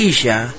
Asia